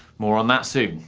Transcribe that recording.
more on that soon.